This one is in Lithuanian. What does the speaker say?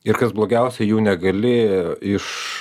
ir kas blogiausia jų negali iš